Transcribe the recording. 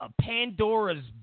Pandora's